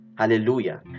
Hallelujah